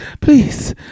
Please